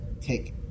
take